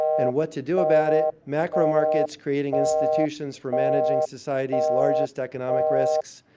and what to do about it macro markets creating institutions for managing society's largest economic risks